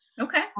okay